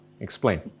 Explain